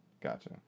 Gotcha